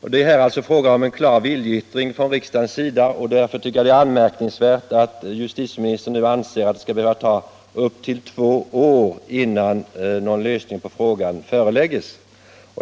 Det är alltså här fråga om en klar viljeyttring från riksdagens sida, och därför tycker jag det är anmärkningsvärt att justitieministern nu anser att det skall behöva ta upp till två år innan någon lösning på frågan förelägges riksdagen.